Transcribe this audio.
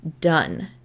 done